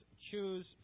Choose